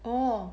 oh